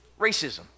racism